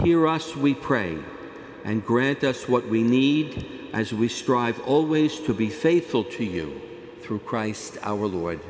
hear us we pray and grant us what we need as we strive always to be faithful to you through christ our